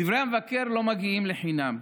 דברי המבקר לא מגיעים לחינם.